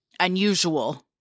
unusual